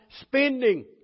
spending